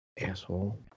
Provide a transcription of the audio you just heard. Asshole